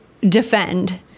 defend